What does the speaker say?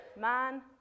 man